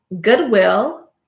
goodwill